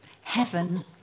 heaven